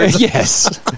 Yes